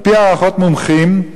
על-פי הערכות מומחים,